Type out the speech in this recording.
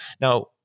now